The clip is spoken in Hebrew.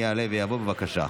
יעלה ויבוא, בבקשה.